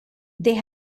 they